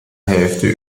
hälfte